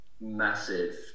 massive